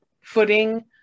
footing